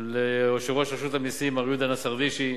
יושב-ראש רשות המסים, מר יהודה נסרדישי.